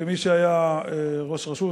כמי שהיה ראש רשות,